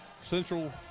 Central